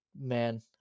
man